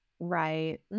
right